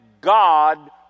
God